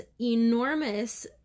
enormous